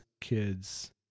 kids